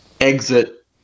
exit